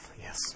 yes